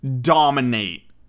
dominate